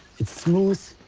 it's smooth,